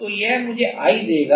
तो यह मुझे I देगा